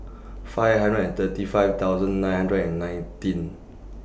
five hundred and thirty five thousand nine hundred and nineteen